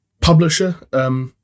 publisher